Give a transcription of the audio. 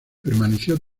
permaneció